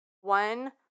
one